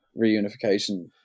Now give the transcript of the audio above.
reunification